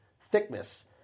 thickness